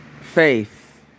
Faith